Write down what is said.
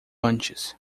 antes